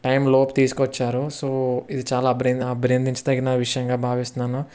time లోపు తీసుకొచ్చారు so ఇది చాలా అభినం అభినందించిన తగిన విషయంగా భావిస్తున్నాను